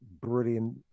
brilliant